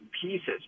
pieces